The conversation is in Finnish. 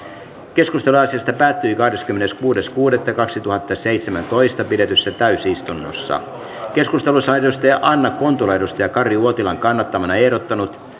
keskustelu asiasta päättyi kahdeskymmeneskuudes kuudetta kaksituhattaseitsemäntoista pidetyssä täysistunnossa keskustelussa on anna kontula kari uotilan kannattamana ehdottanut